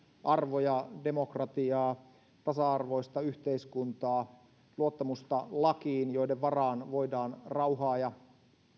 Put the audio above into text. arvoja demokratiaa tasa arvoista yhteiskuntaa luottamusta lakiin joiden varaan voidaan rauhaa ja